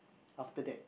after that